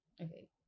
okay